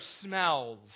smells